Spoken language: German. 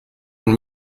und